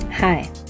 Hi